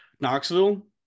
knoxville